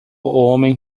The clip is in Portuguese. homem